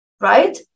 right